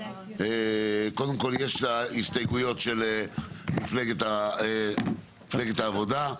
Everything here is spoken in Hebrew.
קודם כל יש את ההסתייגויות של מפלגת העבודה,